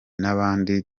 n’abandi